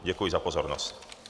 Děkuji za pozornost.